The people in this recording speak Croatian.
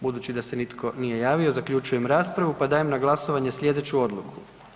Budući da se nitko nije javio zaključujem raspravu, pa dajem na glasovanje slijedeću odluku.